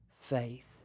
faith